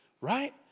right